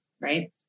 right